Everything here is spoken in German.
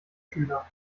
schüler